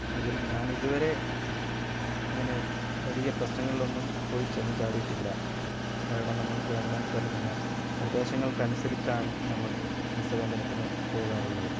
അതിൽ ഞാനിതു വരെ അങ്ങനെ വലിയ പ്രശ്നങ്ങളിൽ ഒന്നും പോയി ചെന്ന് ചാടിയിട്ടില്ല കാരണം നമ്മൾ ഗവൺമെൻറ് നൽകുന്ന നിർദ്ദേശങ്ങൾക്ക് അനുസരിച്ചാണ് നമ്മൾ മത്സ്യബന്ധനത്തിന് പോകാറുള്ളത്